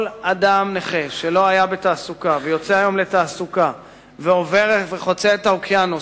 כל אדם נכה שלא היה בתעסוקה ויוצא היום לתעסוקה וחוצה את האוקיינוס,